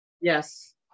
Yes